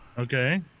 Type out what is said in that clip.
Okay